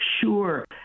Sure